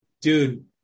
Dude